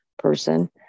person